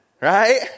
right